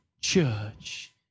church